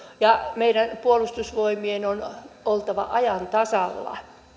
ja meidän puolustusvoimien on oltava ajan tasalla